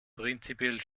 prinzipiell